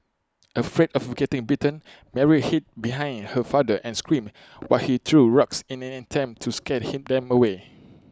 afraid of getting bitten Mary hid behind her father and screamed while he threw rocks in an attempt to scare him them away